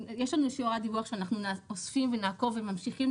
יש לנו שיעורי הדיווח שאנחנו אוספים ונעקוב וממשיכים